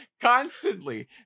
constantly